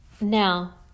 Now